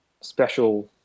special